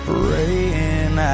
Praying